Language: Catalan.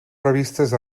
revistes